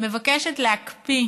מבקשת להקפיא